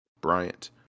Bryant